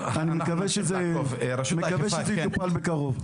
אני מקווה שזה יטופל בקרוב.